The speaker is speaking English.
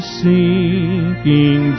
sinking